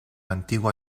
antigua